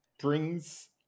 brings